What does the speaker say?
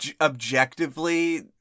objectively